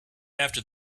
after